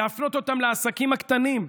להפנות אותם לעסקים הקטנים.